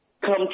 come